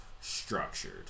structured